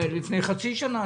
גם לפני חצי שנה.